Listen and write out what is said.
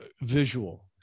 visual